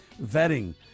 vetting